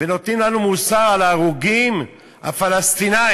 ונותנים לנו מוסר על ההרוגים הפלסטינים